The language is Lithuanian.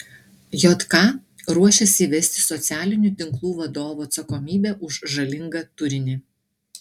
jk ruošiasi įvesti socialinių tinklų vadovų atsakomybę už žalingą turinį